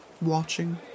watching